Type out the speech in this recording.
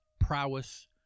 prowess